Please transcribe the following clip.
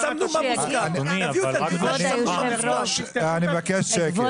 אני מבקש שקט.